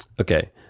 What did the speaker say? okay